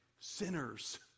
Sinners